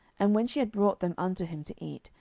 and when she had brought them unto him to eat,